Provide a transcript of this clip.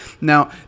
Now